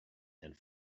and